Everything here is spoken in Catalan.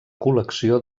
col·lecció